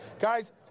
Guys